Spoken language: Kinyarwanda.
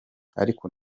ariko